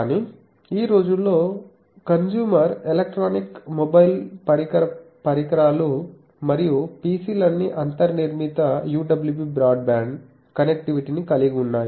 కానీ ఈ రోజుల్లో కన్స్యూమర్ ఎలక్ట్రానిక్స్ మొబైల్ పరికర పరికరాలు మరియు PC లన్నీ అంతర్నిర్మిత UWB బ్రాడ్బ్యాండ్ కనెక్టివిటీని కలిగి ఉన్నాయి